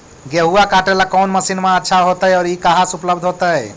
गेहुआ काटेला कौन मशीनमा अच्छा होतई और ई कहा से उपल्ब्ध होतई?